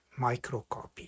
microcopy